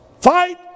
fight